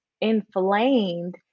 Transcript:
inflamed